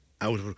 out